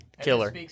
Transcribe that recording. killer